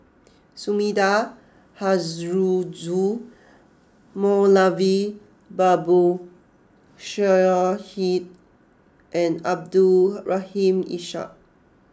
Sumida Haruzo Moulavi Babu Sahib and Abdul Rahim Ishak